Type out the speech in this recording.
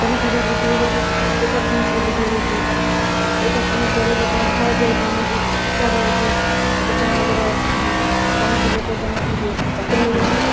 ଜନସଂଖ୍ୟା ବୃଦ୍ଧି ହେବାରୁ ବେକାର ସମସ୍ୟା ବୃଦ୍ଧି ହେଉଛି ବେକାର ସମସ୍ୟା ହେଲେ ଲୋକମାନେ ଖାଇ ପିଇବାକୁ ପାଉନାହାନ୍ତି ଯାହାଫଳରେ କି ଲୋକମାନଙ୍କର କମ୍ ଯୁବକମାନଙ୍କୁ ଚାକିରି ମିଳୁନାହିଁ